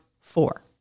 four